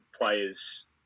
players